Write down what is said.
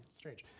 strange